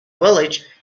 village